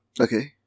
Okay